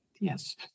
Yes